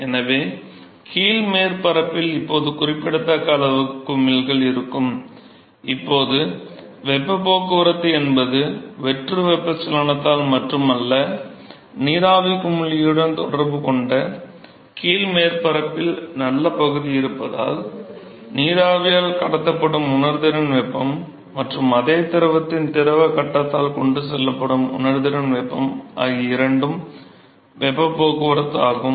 எனவே கீழ் மேற்பரப்பில் இப்போது குறிப்பிடத்தக்க அளவு குமிழிகள் இருக்கும் இப்போது வெப்பப் போக்குவரத்து என்பது வெற்று வெப்பச்சலனத்தால் மட்டுமல்ல நீராவி குமிழியுடன் தொடர்பு கொண்ட கீழ் மேற்பரப்பில் நல்ல பகுதி இருப்பதால் நீராவியால் கடத்தப்படும் உணர்திறன் வெப்பம் மற்றும் அதே திரவத்தின் திரவ கட்டத்தால் கொண்டு செல்லப்படும் உணர்திறன் வெப்பம் ஆகிய இரண்டும் வெப்பப் போக்குவரத்து ஆகும்